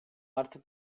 artık